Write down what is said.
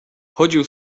chodził